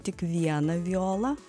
tik vieną violą